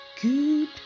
Good